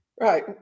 Right